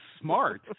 smart